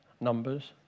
Numbers